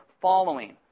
following